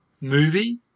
movie